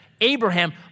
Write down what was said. Abraham